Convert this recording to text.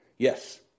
Yes